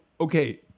Okay